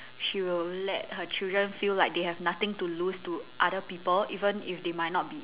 she will let her children feel like they have nothing to lose to other people even if they might not be